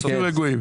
רגועים.